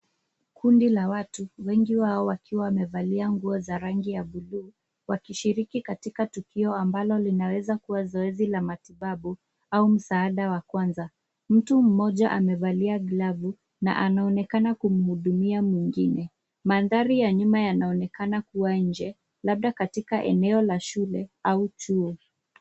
Kundi la watu wengi wao wakiwa wamevalia nguo za rangi ya bluu, wakishiriki katika tukio ambalo linaweza kuwa zoezi la matibabu au msaada wa kwanza. Mtu mmoja amevalia glavu na anaonekana kumhudumia mwingine. Mandhari ya nyuma yanaonekana kuwa nje, labda katika eneo la shule au chuo.